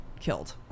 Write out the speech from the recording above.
killed